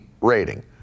rating